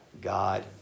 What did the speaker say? God